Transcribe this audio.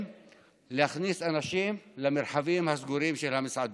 להכניס אנשים למרחבים הסגורים של המסעדות.